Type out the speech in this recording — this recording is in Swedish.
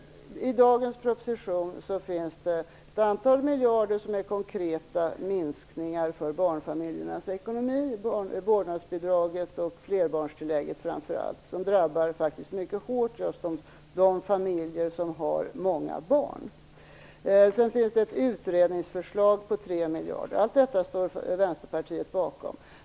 I dagens proposition finns det ett antal miljarder som innebär konkreta minskningar för barnfamiljernas ekonomi, framför allt gäller det vårdnadsbidraget och flerbarnstillägget som faktiskt mycket hårt drabbar just de familjer som har många barn. Det finns också ett utredningsförslag på 3 miljarder. Allt detta står Vänsterpartiet bakom.